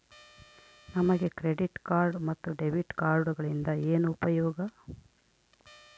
ನಮಗೆ credit card ಮತ್ತು debit ಕಾರ್ಡುಗಳಿಂದ ಏನು ಉಪಯೋಗ?